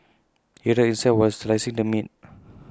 he hurt himself while slicing the meat